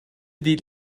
dil